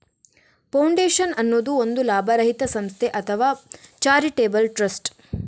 foundation ಅನ್ನುದು ಒಂದು ಲಾಭರಹಿತ ಸಂಸ್ಥೆ ಅಥವಾ ಚಾರಿಟೇಬಲ್ ಟ್ರಸ್ಟ್